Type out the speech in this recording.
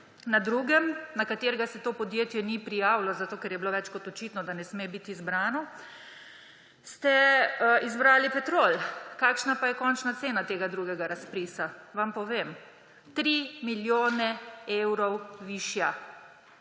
Na drugem, na katerega se to podjetje ni prijavilo, zato ker je bilo več kot očitno, da ne sme biti izbrano, ste izbrali Petrol. Kakšna pa je končna cena tega drugega razpisa? Vam povem. 3 milijone evrov višja,